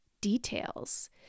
details